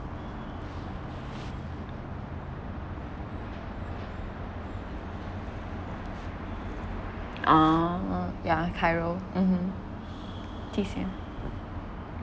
ah yeah chiro mmhmm T_C_M